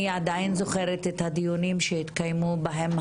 אני עדיין זוכרת את הדיונים שהתקיימו בהם.